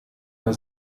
der